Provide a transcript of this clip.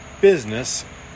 business